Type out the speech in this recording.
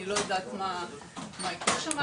אני לא יודעת מה יקרה שם.